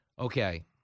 Okay